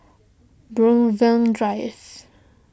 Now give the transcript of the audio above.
Brookvale Drive